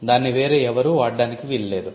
దాన్ని వేరే ఎవరూ వాడటానికి వీలు లేదు